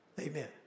Amen